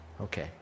Okay